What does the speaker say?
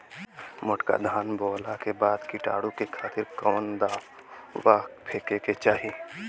मोटका धान बोवला के बाद कीटाणु के खातिर कवन दावा फेके के चाही?